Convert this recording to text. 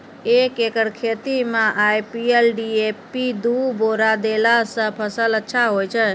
एक एकरऽ खेती मे आई.पी.एल डी.ए.पी दु बोरा देला से फ़सल अच्छा होय छै?